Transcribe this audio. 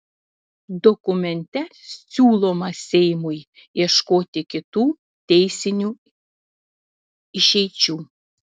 dokumente siūloma seimui ieškoti kitų teisinių išeičių